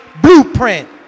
blueprint